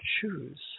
choose